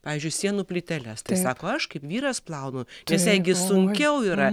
pavyzdžiui sienų plyteles sako aš kaip vyras plaunu nes jai gi sunkiau yra